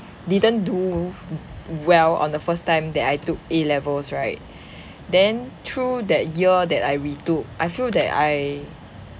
didn't do well on the first time that I took A levels right then through that year that I retook I feel that I